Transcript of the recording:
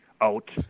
out